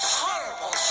horrible